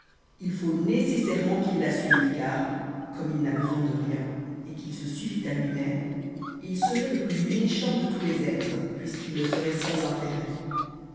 il faut nécessairement qu'il la suive car comme il n'a besoin de rien et qu'il se suffit à lui-même il seroit le plus méchant de tous les êtres puisqu'il le seroit sans intérêt